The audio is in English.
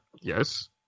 Yes